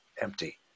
empty